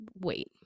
wait